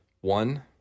One